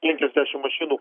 penkiasdešim mašinų